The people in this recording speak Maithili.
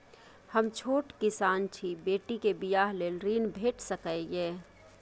हम छोट किसान छी, बेटी के बियाह लेल ऋण भेट सकै ये?